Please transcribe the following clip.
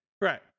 Right